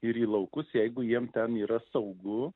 ir į laukus jeigu jiems ten yra saugu